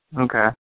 Okay